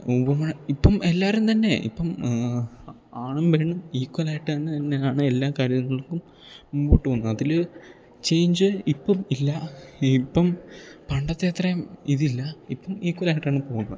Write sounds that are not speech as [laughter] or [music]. [unintelligible] ഇപ്പം എല്ലാവരും തന്നെ ഇപ്പം ആണും പെണ്ണും ഈക്വൽ ആയിട്ട് തന്നെ തന്നെയാണ് എല്ലാ കാര്യങ്ങൾക്കും മുമ്പോട്ട് പോകുന്നത് അതിൽ ചേഞ്ച് ഇപ്പം ഇല്ല ഇപ്പം പണ്ടത്തെ അത്രയും ഇതില്ല ഇപ്പം ഈക്വൽ ആയിട്ടാണ് പോകുന്നത്